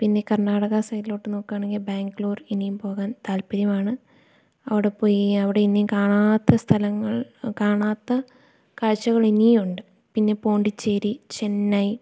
പിന്നെ കർണാടക സൈഡിലോട്ട് നോക്കുവാണെങ്കിൽ ബാംഗ്ലൂർ ഇനിയും പോകാൻ താൽപര്യമാണ് അവിടെ പോയി അവിടെ ഇനീം കാണാത്ത സ്ഥലങ്ങൾ കാണാത്ത കാഴ്ചകൾ ഇനിയും ഉണ്ട് പിന്നെ പോണ്ടിച്ചേരി ചെന്നൈ